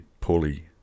poorly